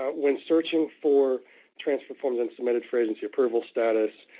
ah when searching for transfer from the and submitted for agency approval status,